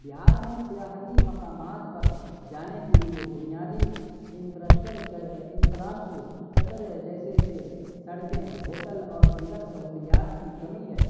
بہار میں سیاحتی مقامات پر جانے کے لیے بنیادی انفرسٹر انفراسٹرکچر جیسے کہ سڑکیں ہوٹل اور دیگر سہولیات کی کمی ہے